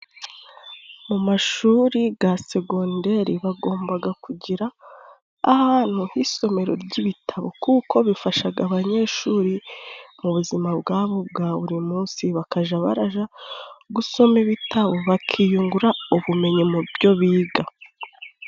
Mu mashuri ga segonderi bagombaga kugira ahantu h'isomero ry'ibitabo, kuko bifashaga abanyeshuri mu buzima bwabo bwa buri munsi, bakaja baraja gusoma ibitabo bakiyungura ubumenyi mu byo biga.